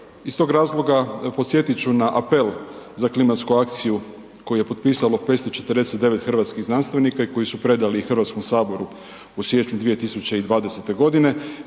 Iz tog razloga podsjetit ću na apel za klimatsku akciju koju je potpisalo 549 hrvatskih znanstvenika i koji su predali HS u siječnju 2020. gdje